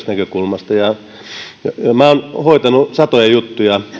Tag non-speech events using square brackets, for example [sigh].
[unintelligible] näkökulmasta minä olen hoitanut satoja juttuja